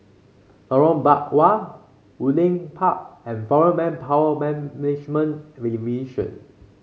Lorong Biawak Woodleigh Park and Foreign Manpower Management Division